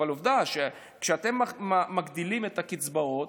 אבל עובדה שכשאתם מגדילים את הקצבאות